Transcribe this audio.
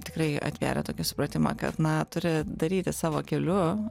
tikrai atvėrė tokį supratimą kad na turi daryti savo keliu